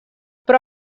però